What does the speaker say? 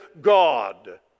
God